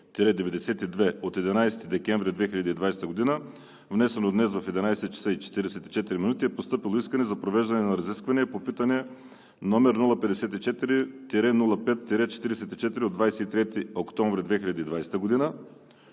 от 11 декември 2020 г., внесено днес в 11,44 ч., е постъпило искане за провеждане на разискване по питане, № 054-05-44, от 23 октомври 2020 г.